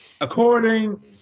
According